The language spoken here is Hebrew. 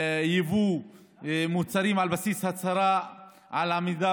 ליבוא מוצרים על בסיס הצהרה על עמידה